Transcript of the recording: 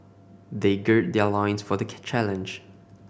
they gird their loins for the challenge